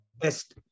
best